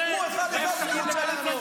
קורא לחיילים שילכו לעזאזל.